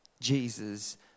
Jesus